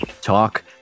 Talk